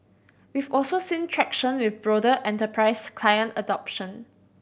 we've also seen traction with broader enterprise client adoption